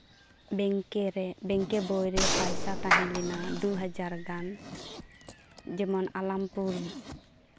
ᱵᱮᱝᱠᱮ ᱨᱮ ᱵᱮᱝᱠᱮ ᱵᱳᱭ ᱨᱮ ᱯᱚᱭᱥᱟ ᱛᱟᱦᱮᱸ ᱞᱮᱱᱟ ᱫᱩ ᱦᱟᱡᱟᱨ ᱜᱟᱱ ᱡᱮᱢᱚᱱ ᱟᱞᱟᱢᱯᱩᱨ